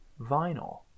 vinyl